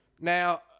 Now